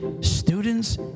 students